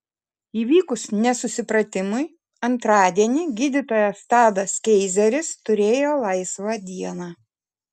įvykus nesusipratimui antradienį gydytojas tadas keizeris turėjo laisvą dieną